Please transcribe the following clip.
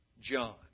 John